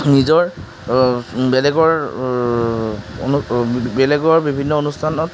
নিজৰ বেলেগৰ অনু বেলেগৰ বিভিন্ন অনুষ্ঠানত